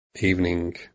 Evening